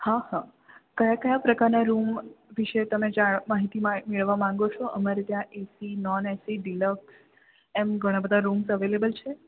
હા હા કયા કયા પ્રકારના રૂમ વિશે તમે જાણ માહિતી મેળવા માંગો છો અમારે ત્યાં એસી નોન એસી ડિલક્ષ એમ ઘણાં બધાં રૂમસ અવેલેબલ છે